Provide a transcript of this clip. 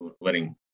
letting